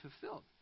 fulfilled